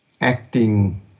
acting